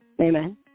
Amen